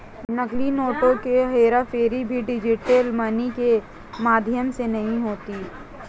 नकली नोटों की हेराफेरी भी डिजिटल मनी के माध्यम से नहीं होती